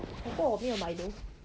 我不懂我有没有买 though